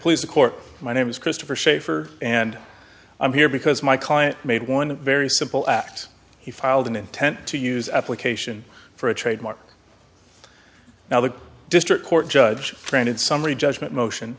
please the court my name is christopher schaefer and i'm here because my client made one very simple act he filed an intent to use application for a trademark now the district court judge granted summary judgment motion